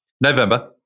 November